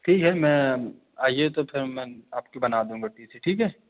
ठीक है मैं आइए तो फिर मैं आपकी बना दूँगा टी सी ठीक है